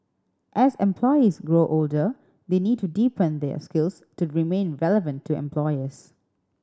as employees grow older they need to deepen their skills to remain relevant to employers